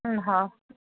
हम्म हा